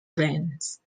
brands